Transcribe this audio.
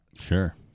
Sure